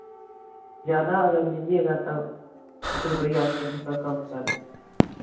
ज़्यादा अगर लीजिएगा तब पाँच रुपया के जी पर कम कर देंगे